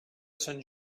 sant